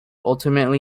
ultimately